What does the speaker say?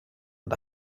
and